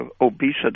obesity